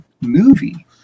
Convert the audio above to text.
movie